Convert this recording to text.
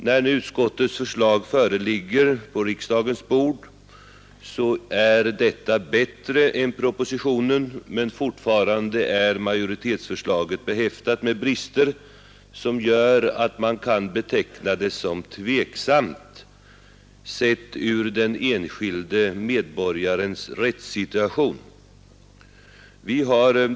När nu utskottets förslag föreligger på riksdagens bord, så är detta bättre än propositionen, men fortfarande är majoritetsförslaget behäftat med brister som gör att man kan beteckna det som tvivelaktigt med tanke på den enskilde medborgarens rättssituation.